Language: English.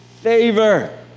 favor